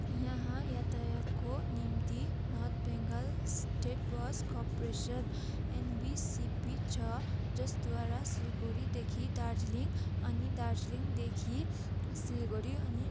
यहाँ यातायातको निम्ति north Bengal state bus corporation एनबिसिपी छ जसद्वारा सिलगढीदेखि दार्जिलिङ अनि दार्जिलिङदेखि सिलगढी अनि